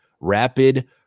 rapid